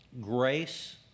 grace